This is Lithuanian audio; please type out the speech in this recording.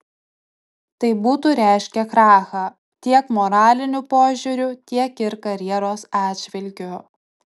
tai būtų reiškę krachą tiek moraliniu požiūriu tiek ir karjeros atžvilgiu